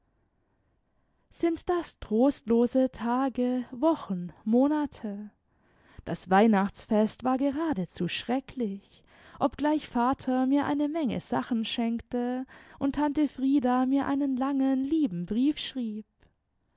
sind das trostlose tage wochen monate das weihnachtsfest war geradezu schrecklich obgleich vater mir eine menge sachen schenkte und tante frieda mir einen langen lieben brief schrieb